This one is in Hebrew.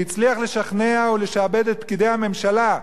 שהצליח לשכנע ולשעבד את פקידי הממשלה,